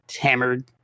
hammered